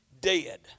Dead